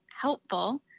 helpful